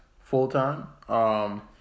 full-time